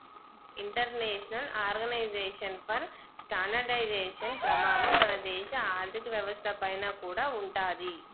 international organisation for standardisation ప్రభావం మన దేశ ఆర్ధిక వ్యవస్థ పైన కూడా ఉంటాది